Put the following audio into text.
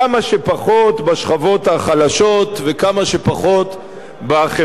בשכבות החלשות וכמה שפחות בחברה הישראלית.